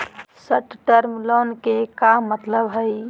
Short term loan के का मतलब हई?